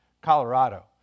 Colorado